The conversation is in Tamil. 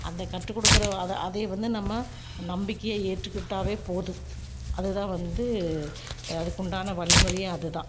இந்த கற்றுக் கொடுக்குற அதை அதை வந்து நம்ம நம்பிக்கையை ஏற்றுக்கிட்டால் போதும் அதுதான் வந்து அதுக்குண்டான வழிமுறையே அதுதான்